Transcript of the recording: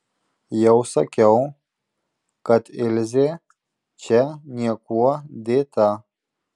jau sakiau kad ilzė čia niekuo dėta